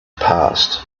passed